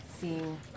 seeing